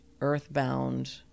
earthbound